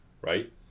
Right